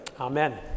amen